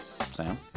Sam